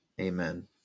Amen